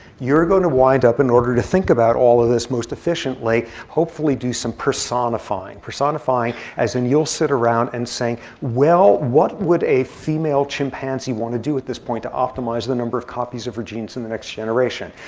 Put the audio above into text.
you're going to wind up, in order to think about all of this most efficiently, hopefully do some personifying. personifying as in, you'll sit around and saying, well, what would a female chimpanzee want to do at this point to optimize the number of copies of her genes in the next generation?